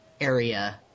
area